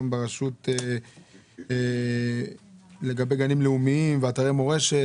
ברשות לגבי גנים לאומיים ואתרי מורשת.